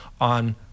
on